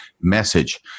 message